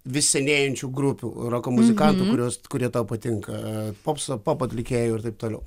vis senėjančių grupių roko muzikantų kuriuos kurie tau patinka popso pop atlikėjų ir taip toliau